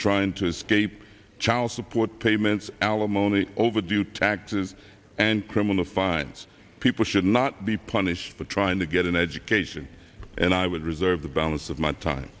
trying to escape child support payments alimony overdue taxes and criminal fines people should not be punished for trying to get an education and i would reserve the balance of my time